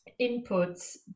inputs